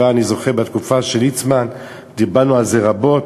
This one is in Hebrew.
אני זוכר שכבר בתקופה של ליצמן דיברנו רבות